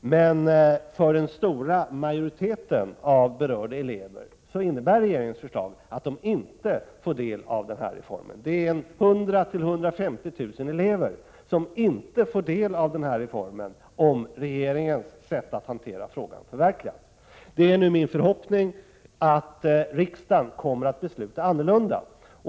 Men för den stora majoriteten av berörda elever innebär regeringens förslag att de inte får del av denna reform. Det är 100 000-150 000 elever som inte får del av denna reform, om regeringens sätt att hantera frågan förverkligas. Det är nu min förhoppning att riksdagen kommer att besluta på ett annorlunda sätt.